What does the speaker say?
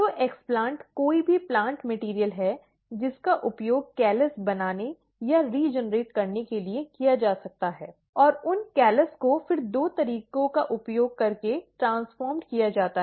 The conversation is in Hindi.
तो एक्स्प्लैन्ट कोई भी प्लांट मैटेरियल है जिसका उपयोग कैलस बनाने या पुन उत्पन्न करने के लिए किया जा सकता है और उन कॉलस को फिर दो तरीकों का उपयोग करके ट्रान्सफोर्मेड किया जाता है